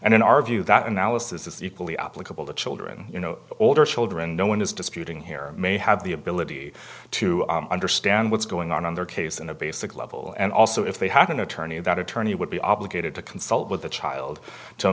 view that analysis is equally applicable to children you know older children no one is disputing here may have the ability to understand what's going on on their case in a basic level and also if they had an attorney that attorney would be obligated to consult with the child to